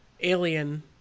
Alien